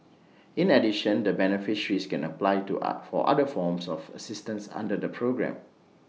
in addition the beneficiaries can apply to for other forms of assistance under the programme